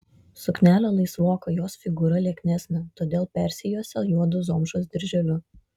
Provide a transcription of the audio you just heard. suknelė laisvoka jos figūra lieknesnė todėl persijuosė juodu zomšos dirželiu